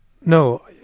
No